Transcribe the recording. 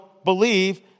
believe